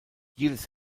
jedes